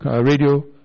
radio